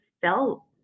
felt